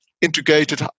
Integrated